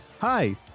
Hi